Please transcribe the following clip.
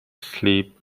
sleep